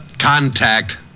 Contact